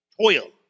Toil